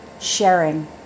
sharing